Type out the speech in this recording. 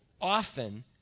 often